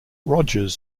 rogers